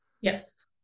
Yes